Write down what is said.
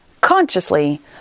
consciously